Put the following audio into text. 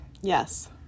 yes